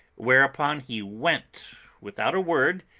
whereupon he went without a word,